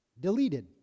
deleted